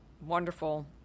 Wonderful